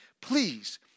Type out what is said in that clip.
Please